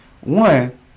One